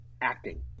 acting